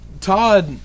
Todd